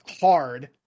hard